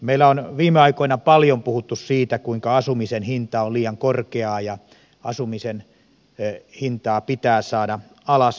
meillä on viime aikoina paljon puhuttu siitä kuinka asumisen hinta on liian korkea ja asumisen hintaa pitää saada alas